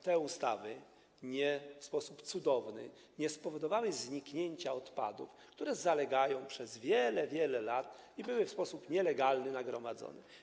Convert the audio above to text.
Te ustawy w sposób cudowny nie spowodowały zniknięcia odpadów, które zalegają przez wiele, wiele lat i były w sposób nielegalny nagromadzone.